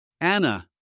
Anna